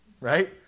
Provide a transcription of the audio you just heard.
right